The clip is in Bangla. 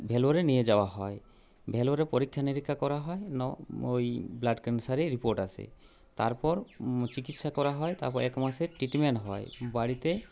ভেলোরে নিয়ে যাওয়া হয় ভেলোরে পরীক্ষা নীরিক্ষা করা হয় ওই ব্লাড ক্যান্সারের রিপোর্ট আসে তারপর চিকিৎসা করা হয় তারপর এক মাসের ট্রিটমেন্ট হয় বাড়িতে